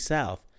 South